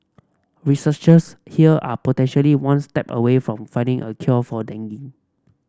researchers here are potentially one step away from finding a cure for dengue